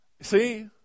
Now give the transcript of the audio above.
See